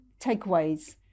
takeaways